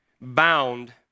bound